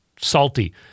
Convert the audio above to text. salty